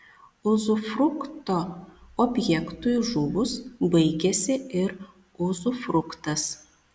uzufrukto objektui žuvus baigiasi ir uzufruktas